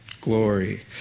glory